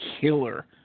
killer